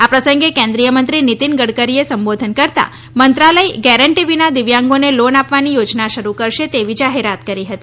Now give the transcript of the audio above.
આ પ્રસંગે કેન્દ્રીય મંત્રી નીતીન ગડકરીએ સંબોધન કરતાં મંત્રાલય ગેરંટી વિના દિવ્યાંગોને લોન આપવાની યોજના શરૂ કરશે તેવી જાહેરાત કરી હતી